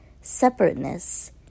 separateness